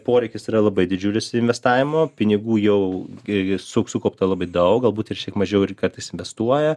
poreikis yra labai didžiulis investavimo pinigų jau irgi su sukaupta labai daug galbūt ir šiek tiek mažiau ir kartais investuoja